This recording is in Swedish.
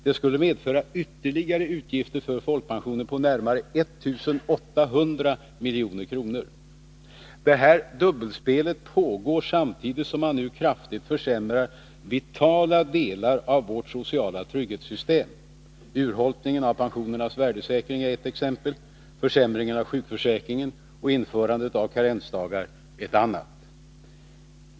Det skulle medföra ytterligare utgifter för folkpensioner på närmare 1 800 milj.kr. Nr 126 Det här dubbelspelet pågår samtidigt som man nu kraftigt försämrar vitala Onsdagen den delar av vårt sociala trygghetssystem. Urholkningen av pensionernas 21 april 1982 värdesäkring är ett exempel. Försämringen av sjukförsäkringen och inför andet av karensdagar är ett annat.